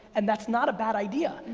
and that's not a bad idea.